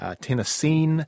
Tennessee